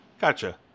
Gotcha